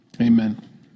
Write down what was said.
amen